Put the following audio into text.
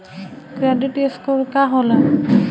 Credit score का होला?